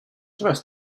dress